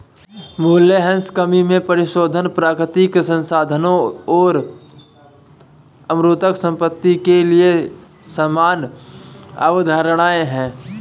मूल्यह्रास कमी और परिशोधन प्राकृतिक संसाधनों और अमूर्त संपत्ति के लिए समान अवधारणाएं हैं